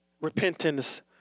repentance